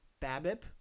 Babip